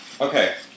Okay